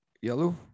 yellow